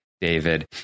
David